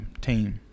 team